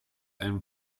and